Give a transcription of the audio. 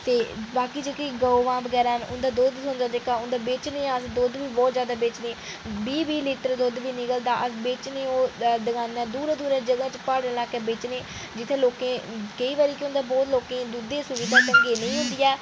ते बाकी जेह्कियां गवां न उंदा दुद्ध बगैरा लैन्ने आं बीह् बीह् लीटर दुद्ध बी निकलदा दूरैं दूरैं ग्राएं बेचने अस ते केईं बारी केह् होंदा कि